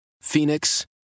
Phoenix